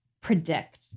predict